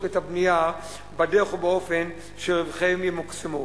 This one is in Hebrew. ואת הבנייה בדרך ובאופן שרווחיהם ימוקסמו,